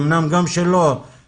אמנם גם של הרשות.